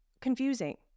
confusing